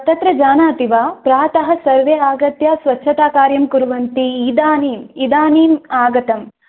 तत्र जानाति वा प्रातः सर्वे आगत्य स्वच्छताकार्यं कुर्वन्ति इदानीम् इदानीम् आगतम्